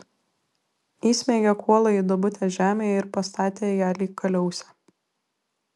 įsmeigė kuolą į duobutę žemėje ir pastatė ją lyg kaliausę